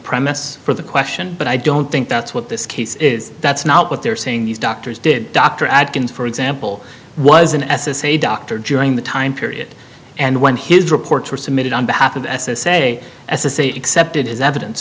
premise for the question but i don't think that's what this case is that's not what they're saying these doctors did dr atkins for example was an s s a doctor joined the time period and when his reports were submitted on behalf of s s a as a say except it is evidence